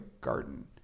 garden